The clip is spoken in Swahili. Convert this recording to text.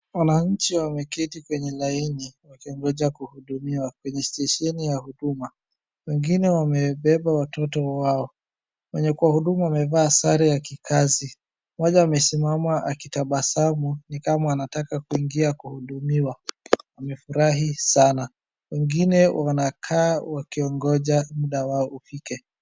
Wananchi wameketi penye laini, wakiongoja kuhudumiwa kwenye stesheni ya huduma. Wengine wamebeba watoto wao. Mwenye kwa huduma amevaa sare ya kikazi. Mmoja amesimama akitabasamu, ni kama anataka kuingia kuhudumiwa. Amefurahi sana. Wengine wanakaa wakiongoja muda wao ufike.